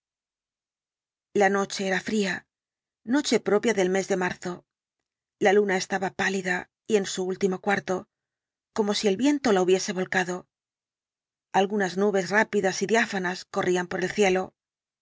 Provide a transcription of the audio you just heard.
la noche era fría noche propia del mes de marzo la luna estaba pálida y en su último cuarto como si el viento la hubiese volcado algunas nubes rápidas y diáfanas corrían por el cielo